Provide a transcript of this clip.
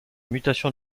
mutation